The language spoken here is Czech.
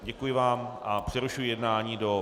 Děkuji vám a přerušuji jednání do...